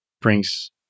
brings